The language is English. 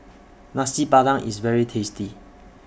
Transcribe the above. Nasi Padang IS very tasty